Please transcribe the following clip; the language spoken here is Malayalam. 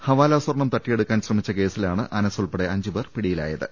ഹവാല സ്വർണം തട്ടിയെടുക്കാൻ ശ്രമിച്ച കേസിലാണ് അനസ് ഉൾപ്പടെ അഞ്ചുപേർ പിടിയിലായത്